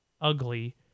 ugly